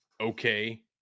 okay